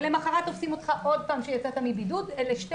ולמוחרת תופסים עוד פעם כשיצאת מבידוד אלה שתי